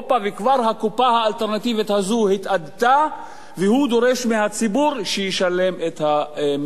וכבר הקופה האלטרנטיבית הזאת התאדתה והוא דורש מהציבור שישלם את המחיר.